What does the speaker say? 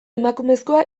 emakumezkoa